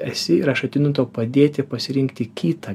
esi ir aš ateinu tau padėti pasirinkti kitą